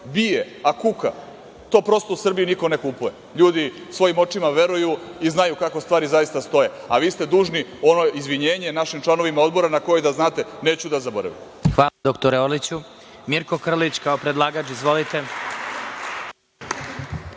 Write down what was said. bije, a kuka, to prosto u Srbiji niko ne kupuje. Ljudi svojim očima veruju i znaju kako stvari zaista stoje, a vi ste dužni ono izvinjenje našim članovima Odbora na koje, da znate, neću da zaboravim. **Vladimir Marinković** Hvala, dr Orliću. Reč ima Mirko Krlić, kao predlagač. Izvolite.